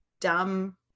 dumb